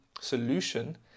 solution